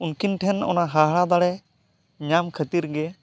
ᱩᱱᱠᱤᱱ ᱴᱷᱮᱱ ᱚᱱᱟ ᱦᱟᱦᱟᱲᱟᱜ ᱫᱟᱲᱮ ᱧᱟᱢ ᱠᱷᱟᱹᱛᱤᱨ ᱜᱮ